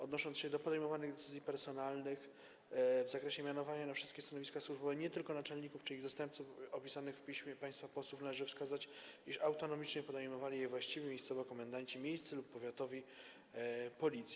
Odnosząc się do podejmowanych decyzji personalnych w zakresie mianowania na wszystkie stanowiska służbowe, nie tylko naczelników czy ich zastępców, opisanych w piśmie państwa posłów, należy wskazać, iż autonomicznie podejmowali je właściwi miejscowo komendanci, miejscy lub powiatowi, Policji.